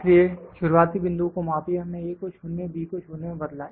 इसलिए शुरुआती बिंदु को मापिए हमने A को 0 और B को 0 में बदला